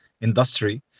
industry